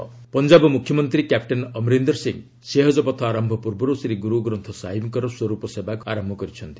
Punjab CM Punjab ମୁଖ୍ୟମନ୍ତ୍ରୀ captain Amarinder Singh ସେହଜପଥ ଆରମ୍ଭ ପୂର୍ବରୁ ଶ୍ରୀ ଗୁରୁଗ୍ରନ୍ଥ ସାହିବଙ୍କର ସ୍ୱରୂପ ସେବା ଆରମ୍ଭ କରିଛନ୍ତି